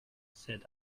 said